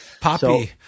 poppy